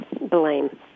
blame